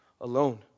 alone